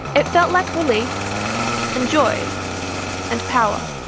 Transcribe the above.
it felt like release and joy and power.